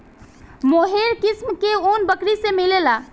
मोहेर किस्म के ऊन बकरी से मिलेला